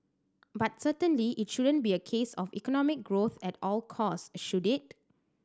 but certainly it shouldn't be a case of economic growth at all costs should it